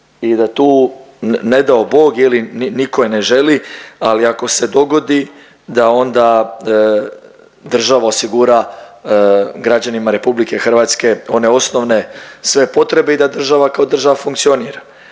i da tu, ne dao Bog, niko je ne želi, ali ako se dogodi da onda država osigura građanima RH one osnovne sve potrebe i da država kao država funkcionira.